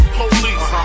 police